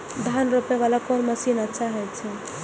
धान रोपे वाला कोन मशीन अच्छा होय छे?